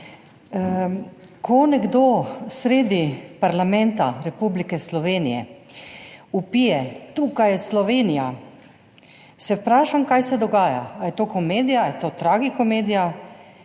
Ko nekdo sredi Parlamenta Republike Slovenije vpije: »Tukaj je Slovenija!«, se vprašam, kaj se dogaja, ali je to komedija ali je to tragikomedija,